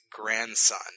grandson